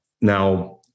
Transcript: Now